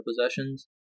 possessions